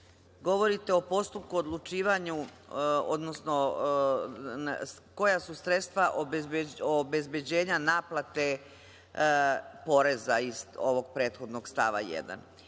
aha. Govorite o postupku o odlučivanju, odnosno koja su sredstva obezbeđenja naplate poreza iz ovog prethodnog stava 1.